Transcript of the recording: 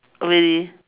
really